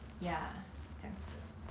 ya 这样子